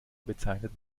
bezeichnet